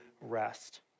rest